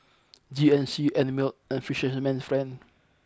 G N C Einmilk and Fisherman's friend